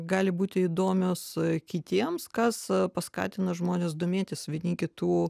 gali būti įdomios kitiems kas paskatina žmones domėtis vieni kitų